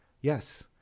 yes